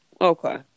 okay